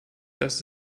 dass